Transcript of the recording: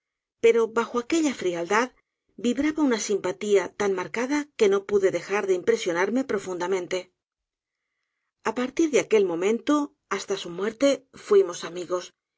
o bajo aquella frialdad vibraba una simpatía tan marcada que no pude dejar de impresionarme profundamente a partir de edgak poe aquel momento hasta su muerte fuimos